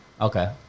Okay